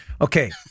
Okay